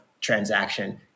transaction